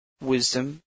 wisdom